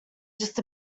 just